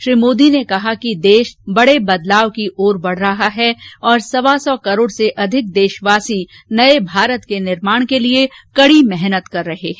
श्री मोदी ने कहा कि देश बड़े बदलाव की ओर बढ़ रहा है और सवा सौ करोड़ से अधिक देशवासी नये भारत के निर्माण के लिए कड़ी मेहनत कर रहे हैं